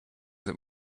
that